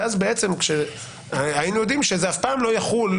ואז בעצם היינו יודעים שזה אף פעם לא יחול,